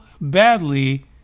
badly